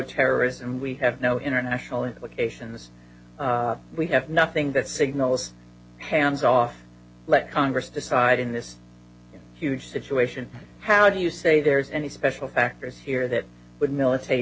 terrorism we have no international implications we have nothing that signals hands off let congress decide in this huge situation how do you say there are any special factors here that would milita